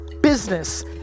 business